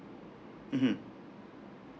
mmhmm